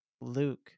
Luke